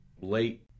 late